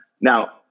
Now